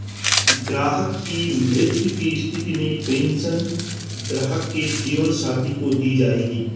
ग्राहक की मृत्यु की स्थिति में पेंशन ग्राहक के जीवन साथी को दी जायेगी